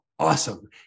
awesome